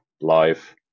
life